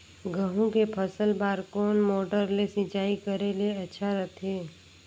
गहूं के फसल बार कोन मोटर ले सिंचाई करे ले अच्छा रथे?